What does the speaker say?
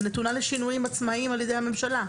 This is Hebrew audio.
ונתונה לשינויים עצמאיים על ידי הממשלה.